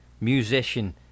musician